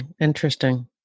Interesting